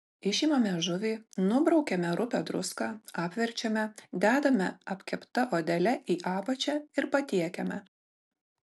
išimame žuvį nubraukiame rupią druską apverčiame dedame apkepta odele į apačią ir patiekiame